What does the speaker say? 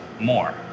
more